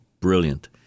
brilliant